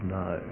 no